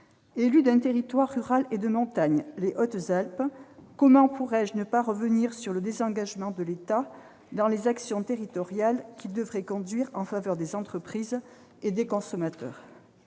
Élue d'un territoire rural et de montagne, les Hautes-Alpes, comment pourrais-je ne pas revenir sur le désengagement de l'État dans les actions territoriales qu'il devrait conduire en faveur des entreprises et des consommateurs ?